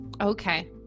Okay